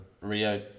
Rio